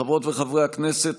חברות וחברי הכנסת,